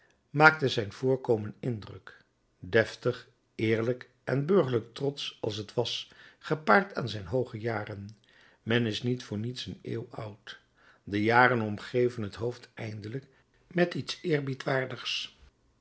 maakte zijn voorkomen indruk deftig eerlijk en burgerlijk trotsch als het was gepaard aan zijne hooge jaren men is niet voor niets een eeuw oud de jaren omgeven het hoofd eindelijk met iets